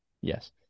Yes